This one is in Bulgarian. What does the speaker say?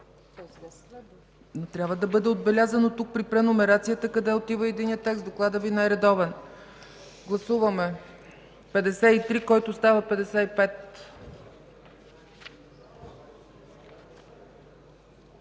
Трябва да бъде отбелязано тук при преномерацията къде отива единият текст. Докладът Ви не е редовен. Гласуваме чл. 53, който става чл.